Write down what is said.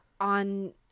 on